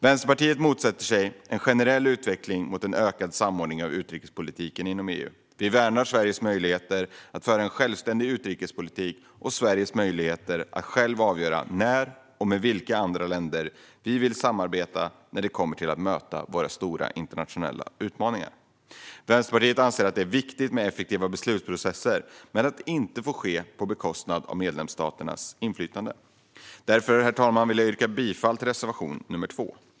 Vänsterpartiet motsätter sig en generell utveckling mot en ökad samordning av utrikespolitiken inom EU. Vi värnar Sveriges möjligheter att föra en självständig utrikespolitik och Sveriges möjligheter att självt avgöra när och med vilka andra länder vi vill samarbeta när det kommer till att möta våra stora internationella utmaningar. Vänsterpartiet anser att det är viktigt med effektiva beslutsprocesser men att det inte får ske på bekostnad av medlemsstaternas inflytande. Därför, herr talman, vill jag yrka bifall till reservation nr 2.